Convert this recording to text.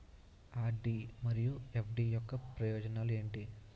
RD మరియు FD యొక్క ప్రయోజనాలు ఏంటి?